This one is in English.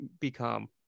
become